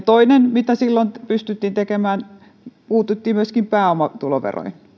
toinen mitä silloin pystyttiin tekemään on se että puututtiin myöskin pääomatuloveroihin